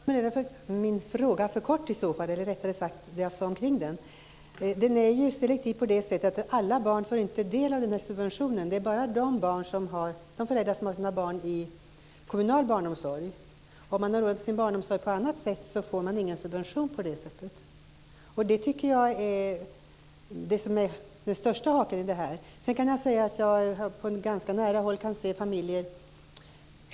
Fru talman! Jag kanske var för kortfattad när det gäller det jag sade kring min fråga. Maxtaxan är selektiv på det sättet att alla barn inte får del av den här subventionen, utan detta gäller bara de föräldrar som har sina barn i kommunal barnomsorg. Om man har ordnat barnomsorgen på annat sätt får man alltså ingen subvention. Det tycker jag är den största haken här. På ganska nära håll kan jag se hur det är för familjer.